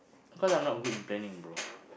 because I am not good in planning bro